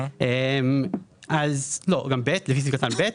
גם (ב),